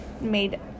made